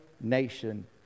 nation